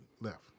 left